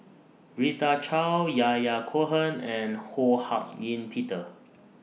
Rita Chao Yahya Cohen and Ho Hak Ean Peter